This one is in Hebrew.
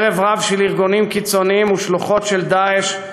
ערב-רב של ארגונים קיצוניים ושלוחות של "דאעש"